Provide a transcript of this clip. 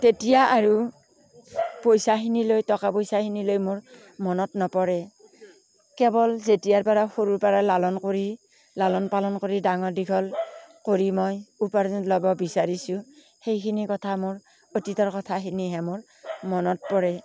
তেতিয়া আৰু পইচাখিনিলৈ টকা পইচাখিনিলৈ মোৰ মনত নপৰে কেৱল যেতিয়াৰ পৰা সৰুৰ পৰা লালন কৰি লালন পালন কৰি ডাঙৰ দীঘল কৰি মই উপাৰ্জন ল'ব বিচাৰিছোঁ সেইখিনি কথা মোৰ অতীতৰ কথাখিনিহে মোৰ মনত পৰে